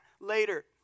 later